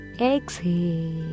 exhale